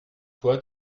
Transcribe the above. toi